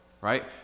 right